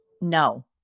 No